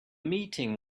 meeting